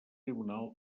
tribunal